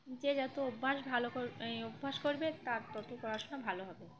যে যত অভ্যাস ভালো অভ্যাস করবে তার তত পড়াশোনা ভালো হবে